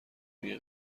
میگه